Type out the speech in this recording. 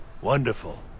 Wonderful